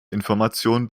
information